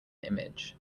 image